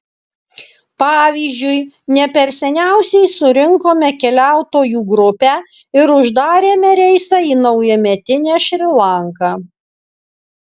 pavyzdžiui ne per seniausiai surinkome keliautojų grupę ir uždarėme reisą į naujametinę šri lanką